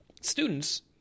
students